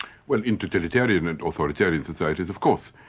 well in totalitarian and authoritarian societies of course.